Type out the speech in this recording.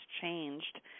changed